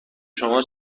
شما